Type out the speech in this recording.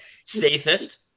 Safest